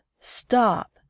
Stop